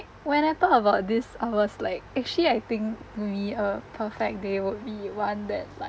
when I thought about this I was like actually I think would be uh perfect day would be one that's like